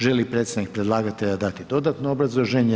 Želi li predstavnik predlagatelja dati dodatno obrazloženje?